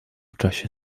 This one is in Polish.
czasie